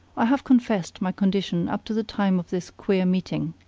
i have confessed my condition up to the time of this queer meeting.